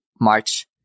March